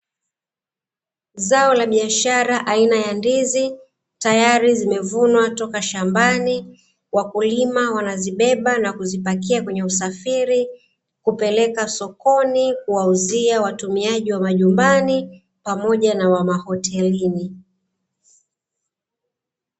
Zao la biashara aina ya ndizi, tayari zimevunwa toka shambani, wakulima wanazibeba na kuzipakia kwenye usafiri kupeleka sokoni, kuwauzia watumiaji wa majumbani, pamoja na wa mahotelini.